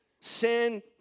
sin